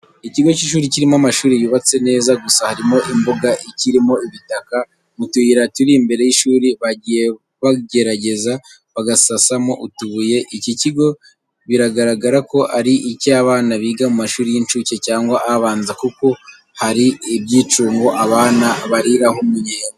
Ikigo cy'ishuri kirimo amashuri yubatse neza gusa harimo imbuga ikirimo ibitaka. Mu tuyira turi imbere y'ishuri bagiye bagerageza bagasasamo utubuye. Iki kigo biragaragara ko ari icy'abana biga mu mashuri y'inshuke cyangwa abanza kuko hari ibyicungo abana bariraho umunyenga.